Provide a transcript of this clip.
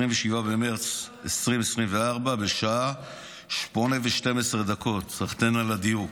27 במרץ 2024, בשעה 20:12, סחתין על הדיוק,